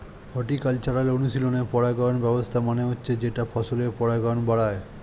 horticultural অনুশীলনে পরাগায়ন ব্যবস্থা মানে হচ্ছে যেটা ফসলের পরাগায়ন বাড়ায়